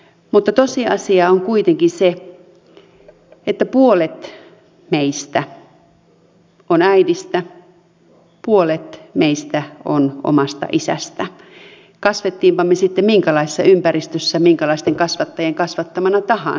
mutta tosiasia on kuitenkin se että puolet meistä on äidistä puolet meistä on omasta isästä kasvoimmepa me minkälaisessa ympäristössä ja minkälaisten kasvattajien kasvattamana tahansa